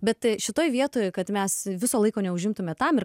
bet šitoj vietoje kad mes viso laiko neužimtume tam ir